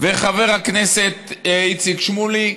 וחבר הכנסת איציק שמולי,